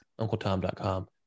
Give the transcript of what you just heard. UncleTom.com